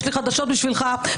יש לי חדשות בשבילך,